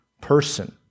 person